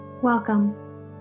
welcome